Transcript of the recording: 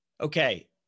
Okay